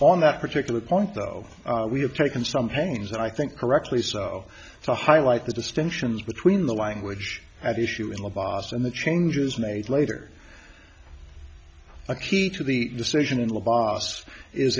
on that particular point though we have taken some pains and i think correctly so to highlight the distinctions between the language at issue in the boss and the changes made later a key to the decision in law boss is